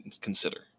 consider